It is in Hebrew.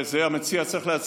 את זה המציע צריך להציע,